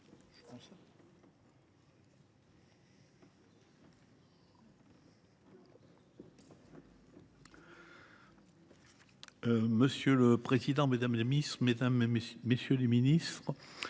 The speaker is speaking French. Monsieur le président, mesdames, messieurs les ministres,